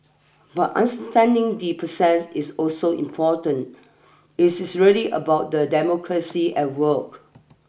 but understanding the process is also important is is really about the democracy at work